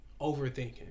overthinking